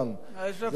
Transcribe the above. מה, יש אבטלה.